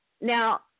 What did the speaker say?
Now